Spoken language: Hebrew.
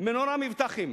"מנורה מבטחים",